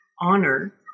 honor